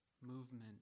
movement